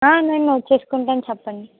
నేను నోట్ చేసుకుంటాను చెప్పండి